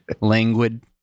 languid